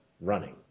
running